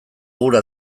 gura